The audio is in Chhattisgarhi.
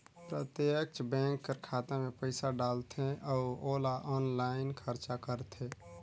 प्रत्यक्छ बेंक कर खाता में पइसा डालथे अउ ओला आनलाईन खरचा करथे